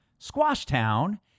Squashtown